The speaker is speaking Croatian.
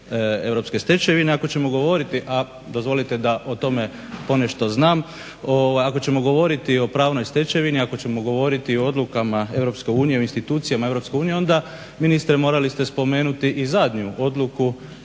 europske stečevine. Ako ćemo govoriti, a dozvolite da o tome ponešto znam, ako ćemo govoriti o pravnoj stečevini, ako ćemo govoriti o odlukama EU, o institucijama EU onda ministre morali ste spomenuti i zadnju odluku